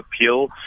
appeal